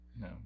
no